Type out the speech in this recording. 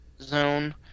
zone